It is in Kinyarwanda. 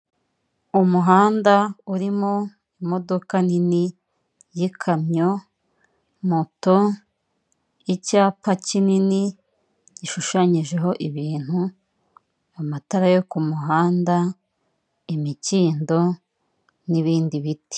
Umuhanda urimo imodoka nini y'ikamyo moto, cyapa kinini gishushanyijeho ibintu amatara yo ku muhanda, imikindo n'ibindi biti.